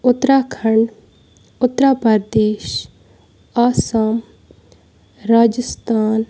Uttarakhand Uttar Pradesh Assam Rajasthan